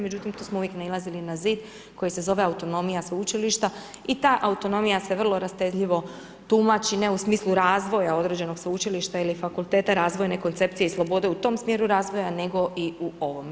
Međutim, tu smo uvijek nailazili na zid koji se zove autonomija sveučilišta i ta autonomija se vrlo rastezljivo tumači, ne u smislu razvoja određenog sveučilišta ili fakulteta razvojne koncepcije i slobode u tom smjeru razvoja nego i u ovom.